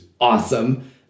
awesome